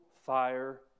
fire